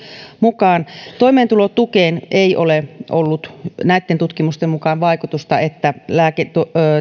mukaan toimeentulotukeen tällä ei ole ollut tutkimuksen mukaan vaikutusta eli että